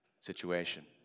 situation